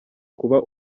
kuba